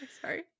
Sorry